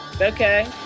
okay